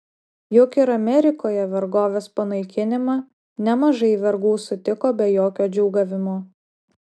juk ir amerikoje vergovės panaikinimą nemažai vergų sutiko be jokio džiūgavimo